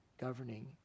governing